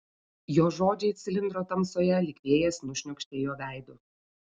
jo žodžiai cilindro tamsoje lyg vėjas nušniokštė jo veidu